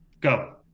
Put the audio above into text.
go